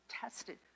tested